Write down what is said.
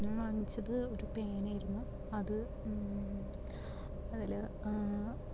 ഞാന് വാങ്ങിച്ചത് ഒരു പേനയായിരുന്നു അത് അതില്